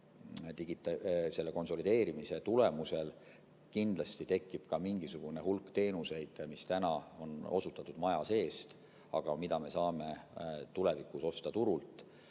et selle konsolideerimise tulemusel kindlasti tekib ka mingisugune hulk teenuseid, mida täna on osutatud maja seest, aga mida me saame tulevikus osta turult.